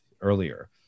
earlier